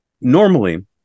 normally